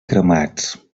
cremats